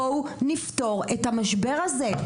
בואו נפתור את המשבר הזה.